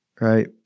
right